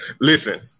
Listen